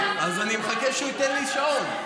אני מחכה שהוא ייתן לי שעון.